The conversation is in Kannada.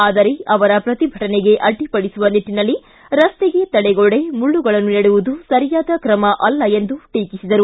ಆದರೆ ಅವರ ಪ್ರತಿಭಟನೆಗೆ ಅಡ್ಡಿಪಡಿಸುವ ನಿಟ್ಟನಲ್ಲಿ ರಸ್ತೆಗೆ ತಡೆಗೋಡೆ ಮುಳ್ಳುಗಳನ್ನು ನೆಡುವುದು ಸರಿಯಾದ ಕ್ರಮ ಅಲ್ಲ ಎಂದು ಟೀಕಿಸಿದರು